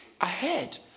ahead